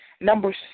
number